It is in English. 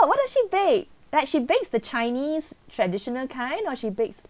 what does she bake like she bake the chinese traditional kind or she bakes